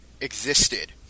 existed